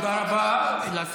תודה רבה, אדוני היושב-ראש.